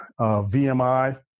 VMI